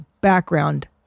background